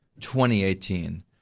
2018